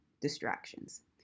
distractions